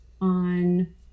on